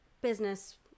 business